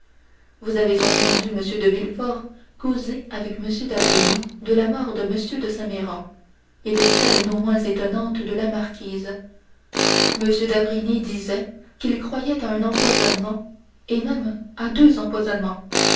vous avez entendu m de villefort causer avec m d'avrigny de la mort de m de saint méran et de celle non moins étonnante de la marquise m d'avrigny disait qu'il croyait à un empoisonnement et même à deux empoisonnements